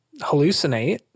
hallucinate